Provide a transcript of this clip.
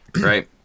Right